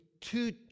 two